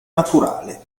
naturale